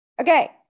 okay